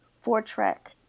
four-track